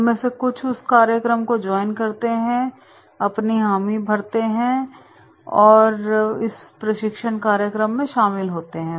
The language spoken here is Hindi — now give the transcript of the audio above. उनमें से कुछ उस कार्यक्रम को ज्वाइन करते हैं और अपनी हमी भरते है कि वह इस प्रशिक्षण कार्यक्रम में शामिल होते है